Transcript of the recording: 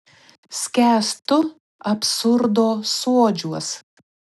skęstu absurdo suodžiuos